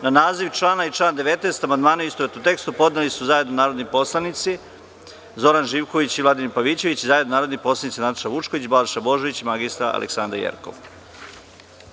Na naziv člana i član 19. amandmane, u istovetnom tekstu, podneli su zajedno narodni poslanici Zoran Živković i Vladimir Pavićević i zajedno narodni poslanici Nataša Vučković, Balša Božović i mr Aleksandra Jerkov.